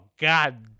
God